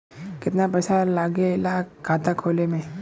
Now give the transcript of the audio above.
कितना पैसा लागेला खाता खोले में?